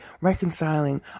reconciling